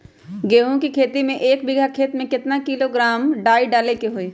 गेहूं के खेती में एक बीघा खेत में केतना किलोग्राम डाई डाले के होई?